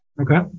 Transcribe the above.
Okay